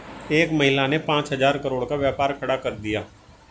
एक महिला ने पांच हजार करोड़ का व्यापार खड़ा कर दिया